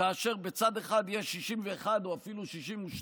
כאשר בצד אחד יש 61 או אפילו 62,